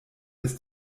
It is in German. des